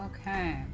Okay